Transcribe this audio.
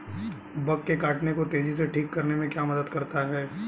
Bug के काटने को तेजी से ठीक करने में क्या मदद करता है?